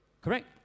Correct